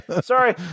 sorry